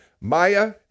Maya